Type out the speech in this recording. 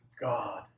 God